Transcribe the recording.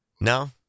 No